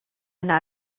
yna